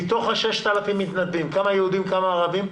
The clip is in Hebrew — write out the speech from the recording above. מתוך ה-6,000 מתנדבים כמה יהודים וכמה ערבים?